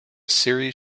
series